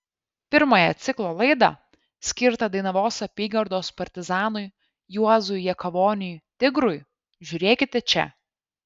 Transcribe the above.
pirmąją ciklo laidą skirtą dainavos apygardos partizanui juozui jakavoniui tigrui žiūrėkite čia